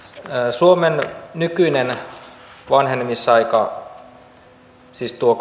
suomen nykyinen vanhenemisaika siis tuo